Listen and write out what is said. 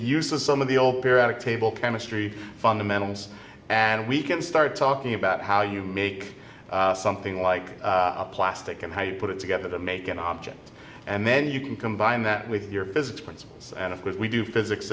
uses some of the old periodic table chemistry fundamentals and we can start talking about how you make something like plastic and how you put it together to make an object and then you can combine that with your physics principles and of course we do physics